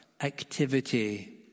activity